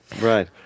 Right